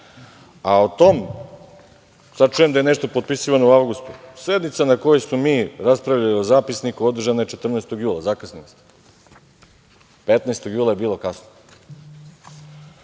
prisutan. Sada čujem da je nešto potpisivano u avgustu. Sednica na kojoj smo mi raspravljali o zapisniku održana je 14. jula. Zakasnili ste, 15. jula je bilo kasno.